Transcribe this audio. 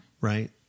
Right